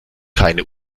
keine